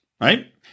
right